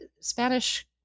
Spanish